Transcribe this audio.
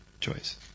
choice